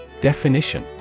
Definition